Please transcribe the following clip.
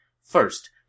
First